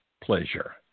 pleasure